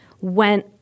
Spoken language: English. went